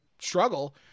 struggle